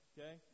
Okay